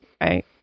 right